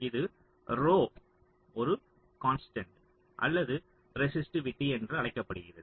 இது ஒரு கான்ஸ்டன்ட் அது ரெசிஸ்டிவிட்டி என்று அழைக்கப்படுகிறது